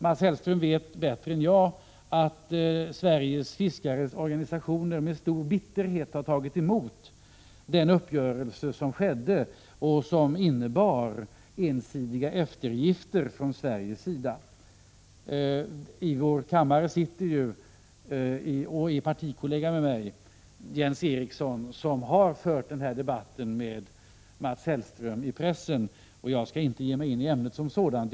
Mats Hellström vet bättre än jag att Sveriges fiskares organisationer med stor bitterhet har tagit emot denna uppgörelse, som innebar ensidiga eftergifter från svensk sida. En ledamot av kammaren och partikollega till mig, Jens Eriksson, har i pressen debatterat den frågan med Mats Hellström, och jag skall inte ge migin i ämnet som sådant.